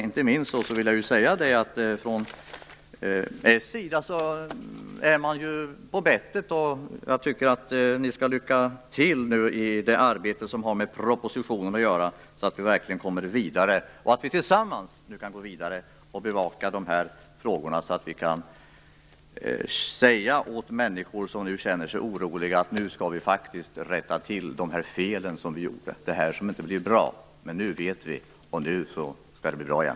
Inte minst s är på bettet, och jag tycker att de skall ha lycka till med arbetet som har med propositionen att göra, så att vi verkligen kommer vidare och tillsammans kan bevaka dessa frågor. Då kan vi verkligen säga till de människor som känner sig oroliga att vi faktiskt skall rätta till de fel vi gjorde och det som inte blev bra. Nu skall det bli bra igen.